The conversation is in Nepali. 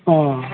अँ